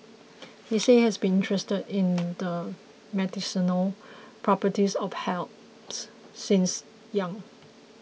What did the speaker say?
he said he has been interested in the medicinal properties of herbs since young